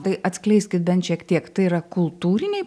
tai atskleiskit bent šiek tiek tai yra kultūriniai